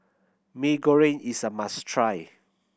Mee Goreng is a must try